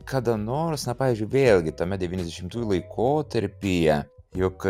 kada nors na pavyzdžiui vėlgi tame devyniasdešimtųjų laikotarpyje juk